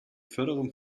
förderung